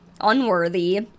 unworthy